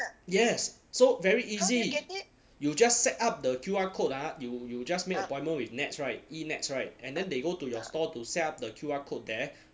yes so very easy you just set up the Q_R code ah you you just make appointment with nets [right] e nets [right] and then they go to your store to set up the Q_R code there